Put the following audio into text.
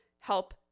help